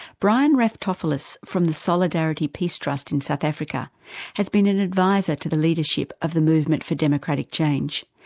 brian raftopoulos from the solidarity peace trust in south africa has been an advisor to the leadership of the movement for democratic change.